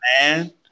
man